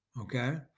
okay